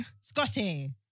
Scotty